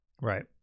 Right